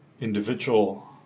individual